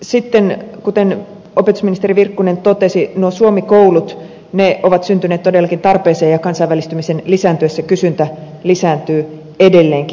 sitten kuten opetusministeri virkkunen totesi nuo suomi koulut ovat syntyneet todellakin tarpeeseen ja kansainvälistymisen lisääntyessä kysyntä lisääntyy edelleenkin